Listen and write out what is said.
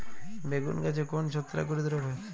বেগুন গাছে কোন ছত্রাক ঘটিত রোগ হয়?